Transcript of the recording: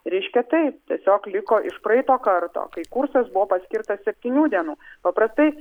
reiškia taip tiesiog liko iš praeito karto kai kursas buvo paskirtas septynių dienų paprastai